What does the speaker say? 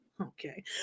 Okay